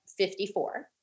54